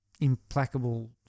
implacable